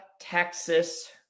Texas